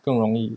更容易